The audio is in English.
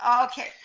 Okay